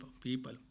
people